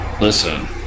Listen